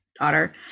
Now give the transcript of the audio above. daughter